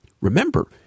Remember